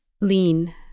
lean